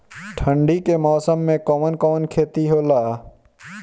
ठंडी के मौसम में कवन कवन खेती होला?